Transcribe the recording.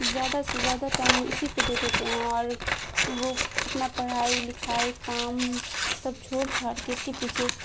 زیادہ سے زیادہ ٹائم اسی پہ دے دیتے ہیں اور وہ اپنا پڑھائی لکھائی کام سب چھوڑ چھاڑ کے اس کے پیچھے